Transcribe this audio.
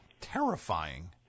terrifying